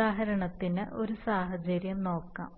ഉദാഹരണത്തിന് ഒരു സാഹചര്യം നോക്കാം